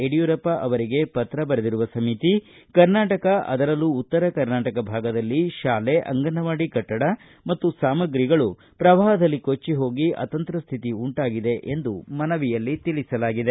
ಯಡಿಯೂರಪ್ಪ ಅವರಿಗೆ ಪತ್ರ ಬರೆದಿರುವ ಸಮಿತಿ ಕರ್ನಾಟಕ ಅದರಲ್ಲೂ ಉತ್ತರ ಕರ್ನಾಟಕ ಭಾಗದಲ್ಲಿ ಶಾಲೆ ಅಂಗನವಾಡಿ ಕಟ್ಟಡ ಮತ್ತು ಸಾಮಗ್ರಿಗಳು ಪ್ರವಾಪದಲ್ಲಿ ಕೊಟ್ಟೆ ಹೋಗಿ ಆತಂತ್ರ ಸ್ಥಿತಿ ಉಂಟಾಗಿದೆ ಎಂದು ಮನವಿಯಲ್ಲಿ ತಿಳಿಸಲಾಗಿದೆ